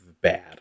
bad